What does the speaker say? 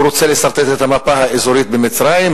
הוא רוצה לסרטט את המפה האזורית במצרים,